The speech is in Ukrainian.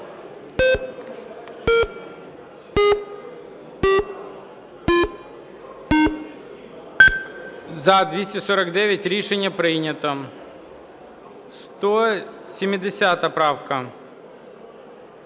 За-249 Рішення прийнято. 170 правка.